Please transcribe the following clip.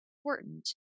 important